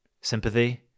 sympathy